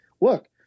look